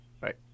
Right